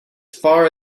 far